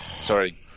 Sorry